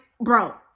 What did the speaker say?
bro